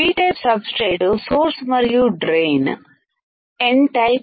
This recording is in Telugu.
P type substrate source మరియు డ్రై న్ N టైపు